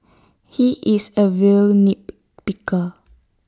he is A real nitpicker